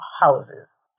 houses